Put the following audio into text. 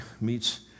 meets